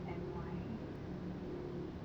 and why